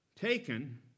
taken